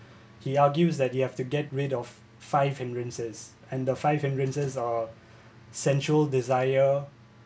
he argues that you have to get rid of five hindrances and the five hindrances uh central desire